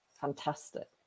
fantastic